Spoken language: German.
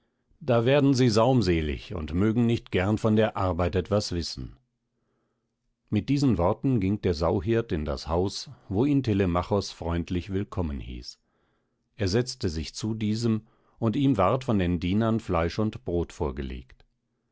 da werden sie saumselig und mögen nicht gern von der arbeit etwas wissen mit diesen worten ging der sauhirt in das haus wo ihn telemachos freundlich willkommen hieß er setzte sich zu diesem und ihm ward von den dienern fleisch und brot vorgelegt